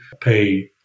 pay